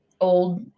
old